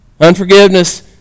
Unforgiveness